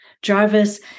Jarvis